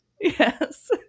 Yes